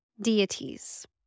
deities